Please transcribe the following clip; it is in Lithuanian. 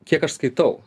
kiek aš skaitau